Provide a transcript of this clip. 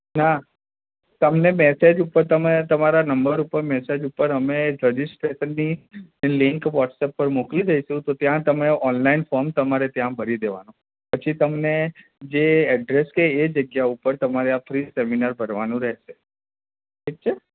હા તમને મેસેજ ઉપર તમે તમારા નંબર ઉપર મેસેજ ઉપર અમે રજિસ્ટ્રેશનની લિંક વ્હોટસપ પર મોકલી દઈશું તો ત્યાં તમે ઓનલાઇન ફોમ તમારે ત્યાં ભરી દેવાનું પછી તમને જે એડ્રેસ કે એ જગ્યા ઉપર તમારે આ ફ્રી સેમિનાર ભરવાનો રહેશે ઠીક છે